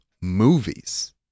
movies